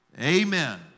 Amen